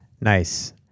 Nice